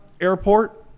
Airport